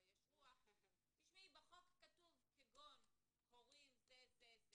יש רוח, אבל בחוק כתוב כגון הורים וכולי.